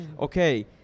okay